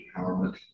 empowerment